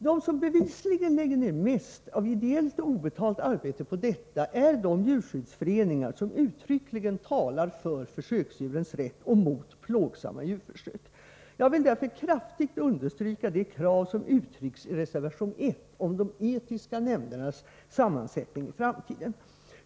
De som bevisligen lägger ner mest av ideellt och obetalt arbete på detta är de djurskyddsföreningar som uttryckligen talar för försöksdjurens rätt och mot plågsamma djurförsök. Jag vill därför kraftigt understryka det krav som uttrycks i reservation 1 om de etiska nämndernas sammansättning i framtiden.